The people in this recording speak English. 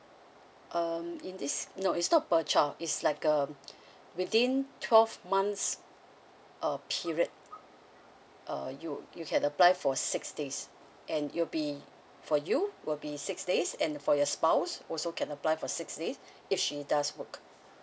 um in this no it's not per child is like um within twelve months uh period uh you you can apply for six days and you'll be for you will be six days and for your spouse also can apply for six days if she does work